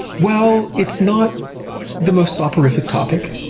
well, it's not the most soporific topic,